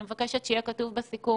אני מבקשת שיהיה כתוב בסיכום